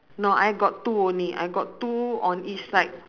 no I got two only I got two on each side